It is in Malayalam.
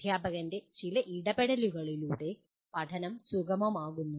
അദ്ധ്യാപകൻ്റെ ചില ഇടപെടലുകളിലൂടെ പഠനം സുഗമമാക്കുന്നു